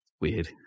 weird